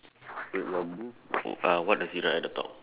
wait your booth uh what does it write at the top